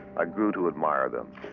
i grew to admire them.